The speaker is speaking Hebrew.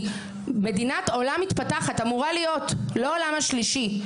שאמורה להיות מדינה מתפתחת ולא מדינת עולם שלישי.